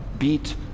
beat